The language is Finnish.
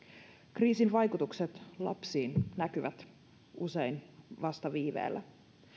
kriisin vaikutukset lapsiin näkyvät usein vasta viiveellä